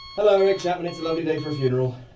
hello, eric chapman. it's a lovely day for a funeral.